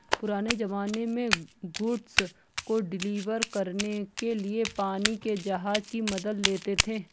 पुराने ज़माने में गुड्स को डिलीवर करने के लिए पानी के जहाज की मदद लेते थे